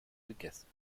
gegessen